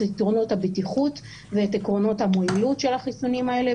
יתרונות הבטיחות ואת עקרונות המועילות של החיסונים האלה,